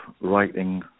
writing